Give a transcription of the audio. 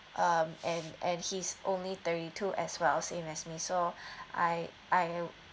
um and and he's only thirty two as well same as me so I I